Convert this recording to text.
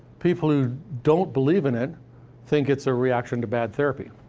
people who don't believe in it think it's a reaction to bad therapy.